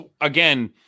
again